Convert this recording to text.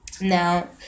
now